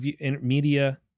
media